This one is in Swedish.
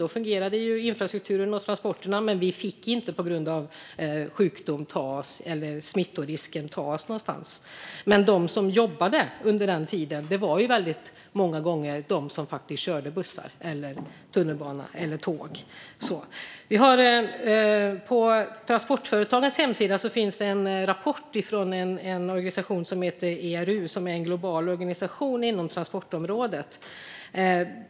Då fungerade infrastrukturen och transporterna, men på grund av smittorisken fick vi inte ta oss någonstans. Men de som jobbade under den tiden var många gånger de som körde buss, tunnelbana eller tåg. På Transportföretagens hemsida finns en rapport från IRU, som är en global organisation inom transportområdet.